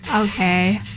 Okay